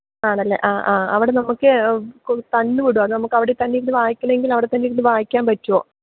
ആണല്ലേ ആ ആ അവിടെ നമുക്ക് തന്ന് വിടുമോ അതോ നമുക്ക് അവിടെത്തന്നെ ഇരുന്ന് വായിക്കണമെങ്കിൽ അവിടെത്തന്നെ ഇരുന്ന് വായിക്കാൻ പറ്റുമോ